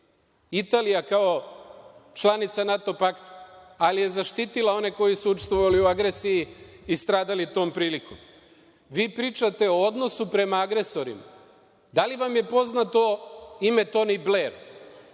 Italija, kao članica NATO pakta, ali je zaštitila one koji su učestvovali u agresiji i stradali tom prilikom. Vi pričate o odnosu prema agresorima. Da li vam je poznato ime Toni Bler?